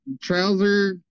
trouser